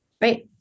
Right